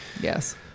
yes